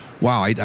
wow